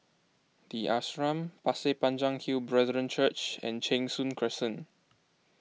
the Ashram Pasir Panjang Hill Brethren Church and Cheng Soon Crescent